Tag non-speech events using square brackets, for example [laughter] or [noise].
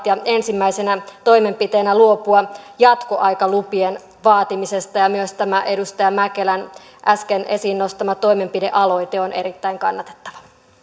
[unintelligible] ja ensimmäisenä toimenpiteenä luopua jatkoaikalupien vaatimisesta ja myös tämä edustaja mäkelän äsken esiin nostama toimenpidealoite on erittäin kannatettava